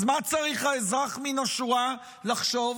אז מה צריך האזרח מן השורה לחשוב?